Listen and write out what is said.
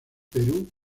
perú